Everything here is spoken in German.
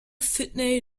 sydney